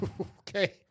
okay